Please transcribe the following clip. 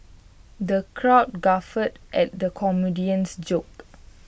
the crowd guffawed at the comedian's jokes